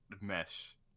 mesh